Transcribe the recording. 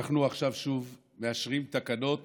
אנחנו עכשיו שוב מאשרים תקנות